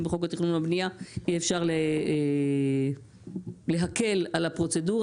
בחוק התכנון והבנייה יהיה אפשר להקל על הפרוצדורה.